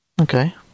Okay